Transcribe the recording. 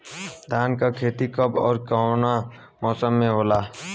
धान क खेती कब ओर कवना मौसम में होला?